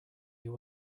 you